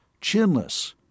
chinless